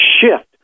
shift